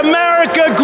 America